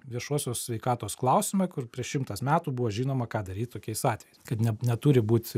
viešosios sveikatos klausimą kur prieš šimtas metų buvo žinoma ką daryt tokiais atvejais kad ne neturi būt